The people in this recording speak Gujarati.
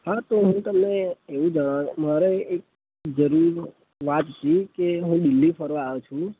હા તો હું તમને એવું જણાવવા મારે એક જરૂરી વાત હતી કે હું દિલ્હી ફરવા આવ્યો છું